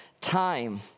Time